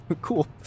Cool